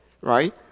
right